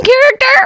character